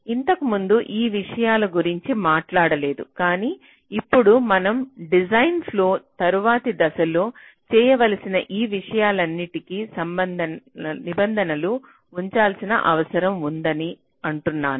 ఇంతకుముందు ఈ విషయాల గురించి మాట్లాడలేదు కానీ ఇప్పుడు మనం డిజైన్ ఫ్లొ తరువాతి దశలలో చేర్చవలసిన ఈ విషయాలన్నింటికీ నిబంధనలు ఉంచాల్సిన అవసరం ఉందని అంటున్నాను